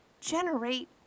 generate